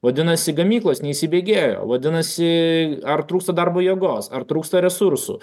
vadinasi gamyklos neįsibėgėjo vadinasi ar trūksta darbo jėgos ar trūksta resursų